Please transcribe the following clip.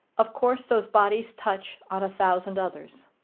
of course those bodies touch on a thousand others.